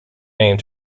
name